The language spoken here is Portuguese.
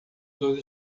dos